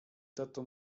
tato